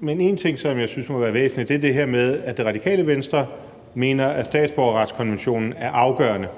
Men en ting, som jeg synes må være væsentlig, er det her med, at Det Radikale Venstre mener, at statsborgerretskonventionen er afgørende,